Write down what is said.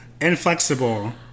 Inflexible